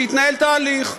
ויתנהל תהליך,